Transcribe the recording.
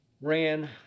ran